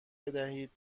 بدهید